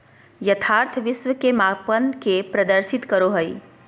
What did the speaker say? यथार्थ विश्व के मापन के प्रदर्शित करो हइ